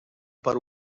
para